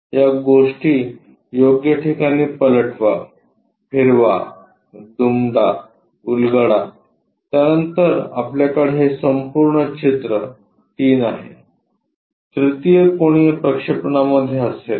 या गोष्टी योग्य ठिकाणी पलटवाफिरवा दुमडा उलगडा त्यानंतर आपल्याकडे हे संपूर्ण चित्र तीन आह तृतीय कोनीय प्रक्षेपणामध्ये असेल